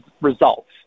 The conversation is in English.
results